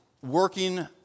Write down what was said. Working